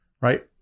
Right